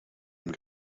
und